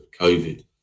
COVID